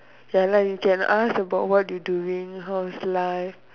ya lah you can ask about what you doing how is life